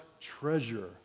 treasure